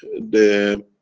the,